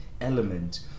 element